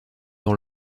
dans